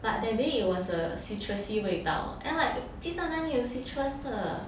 but that day it was a citrusy 味道 and like 鸡蛋哪里有 citrus 的